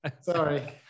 sorry